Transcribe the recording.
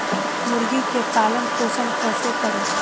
मुर्गी के पालन पोषण कैसे करी?